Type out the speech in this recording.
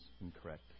incorrect